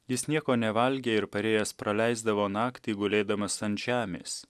jis nieko nevalgė ir parėjęs praleisdavo naktį gulėdamas ant žemės